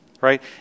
right